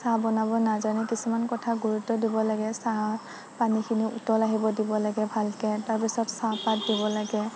চাহ বনাব নাজানে কিছুমান কথা গুৰুত্ব দিব লাগে চাহ পানীখিনি উতল আহিব দিব লাগে ভালকে তাৰপিছত চাহপাত দিব লাগে